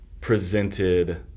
presented